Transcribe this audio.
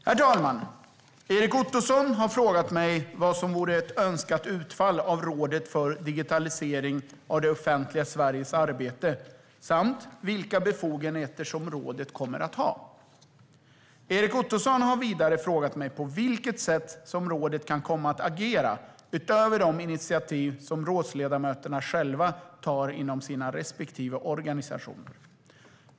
Herr talman! Erik Ottoson har frågat mig vad som vore ett önskat utfall av Rådet för digitalisering av det offentliga Sveriges arbete samt vilka befogenheter som rådet kommer att ha. Erik Ottoson har vidare frågat mig på vilket sätt rådet kan komma att agera utöver de initiativ som rådsledamöterna själva tar inom sina respektive organisationer.